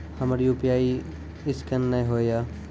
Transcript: हमर UPI scan नेय हो या?